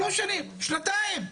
שלוש שנים, שנתיים.